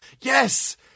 Yes